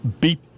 beat